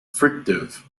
fricative